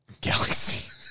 Galaxy